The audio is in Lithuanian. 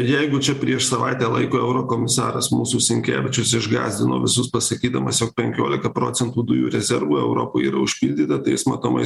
jeigu čia prieš savaitę laiko eurokomisaras mūsų sinkevičius išgąsdino visus pasakydamas jog penkiolika procentų dujų rezervų europoj yra užpildyta tai jis matomai